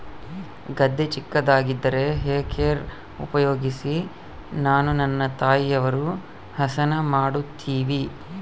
ಗದ್ದೆ ಚಿಕ್ಕದಾಗಿದ್ದರೆ hay rake ಉಪಯೋಗಿಸಿ ನಾನು ನನ್ನ ತಾಯಿಯವರು ಹಸನ ಮಾಡುತ್ತಿವಿ